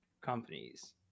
companies